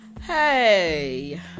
Hey